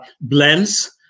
blends